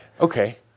Okay